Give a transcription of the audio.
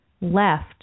left